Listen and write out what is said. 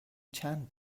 چند